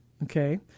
Okay